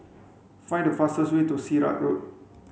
find the fastest way to Sirat Road